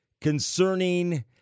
concerning